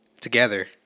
together